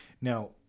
now